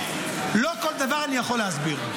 לא כל דבר אני יכול להסביר,